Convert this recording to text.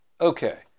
Okay